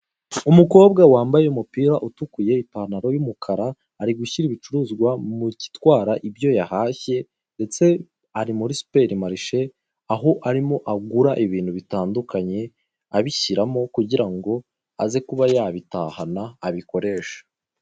Umukobwa wambaye umupira utukuye, ipantaro y'umukara ari gushyira ibicuruzwa mu gitwara ibyo yahashye ndetse ari muri superi marishe aho arimo agura ibintu bitandukanye abishyiramo kugira ngo aze kuba yabitahana abikoreshe.